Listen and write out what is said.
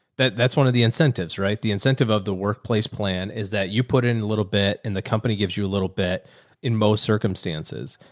that that's one of the incentives, right? the incentive of the workplace plan is that you put in a little bit, and the company gives you a little bit in most circumstances,